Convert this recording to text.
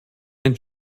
ein